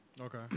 Okay